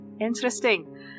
Interesting